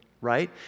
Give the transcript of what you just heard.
right